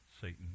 Satan